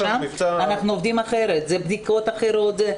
אנחנו עובדים אחרת זה בדיקות אחרות,